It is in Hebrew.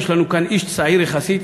יש לנו כאן איש צעיר יחסית,